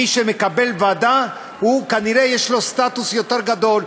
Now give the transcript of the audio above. מי שמקבל ועדה כנראה יש לו סטטוס יותר גדול.